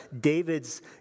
David's